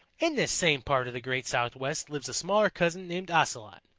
in this same part of the great southwest lives a smaller cousin named ocelot,